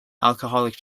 alcoholic